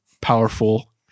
powerful